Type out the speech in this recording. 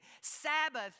Sabbath